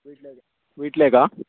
വീട്ടിലേക്ക് വീട്ടിലേക്കാണോ